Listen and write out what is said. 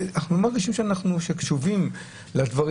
אנחנו לא מרגישים שקשובים לדברים.